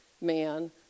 man